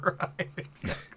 Right